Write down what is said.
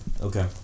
Okay